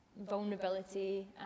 vulnerability